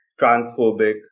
transphobic